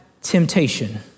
temptation